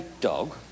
dog